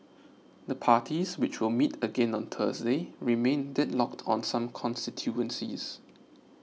the parties which will meet again on Thursday remain deadlocked on some constituencies